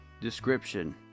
Description